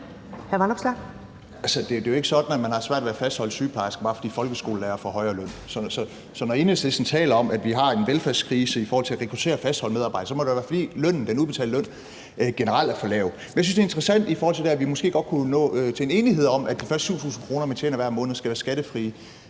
det er jo ikke sådan, at man har svært ved at fastholde sygeplejersker, bare fordi folkeskolelærere får højere løn. Så når Enhedslisten taler om, at vi har en velfærdskrise i forhold til at rekruttere og fastholde medarbejdere, må det være, fordi den udbetalte løn generelt er for lav. Men jeg synes, det er interessant i forhold til det her, at vi måske godt kunne nå til en enighed om, at de første 7.000 kr., man tjener hver måned, skal være skattefri.